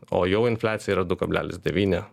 o jau infliacija yra du kablelis devyni